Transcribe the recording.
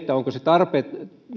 onko se